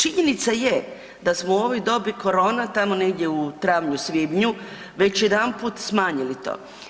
Činjenica je da smo u ovoj dobi korona tamo negdje u travnju-svibnju već jedanput smanjili to.